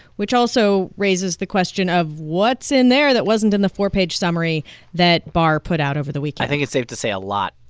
which also raises the question of, what's in there that wasn't in the four-page summary that barr put out over the week? i think it's safe to say a lot